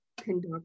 conduct